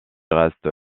reste